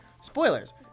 spoilers